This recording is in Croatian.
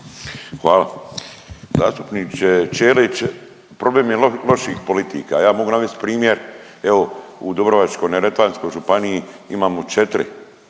Hvala. Zastupniče Ćelić problem je loših politika. Ja bih mogao navesti primjer evo u Dubrovačko-neretvanskoj županiji imamo 4